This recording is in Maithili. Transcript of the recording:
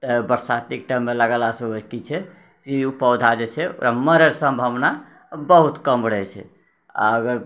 तऽ बरसातिक टाइम मे लगेलासँ होइ की छै ई पौधा जे छै ओकर मरएके सम्भावना बहुत कम रहै छै आ अगर